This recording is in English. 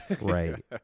Right